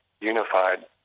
unified